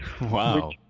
Wow